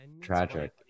tragic